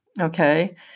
okay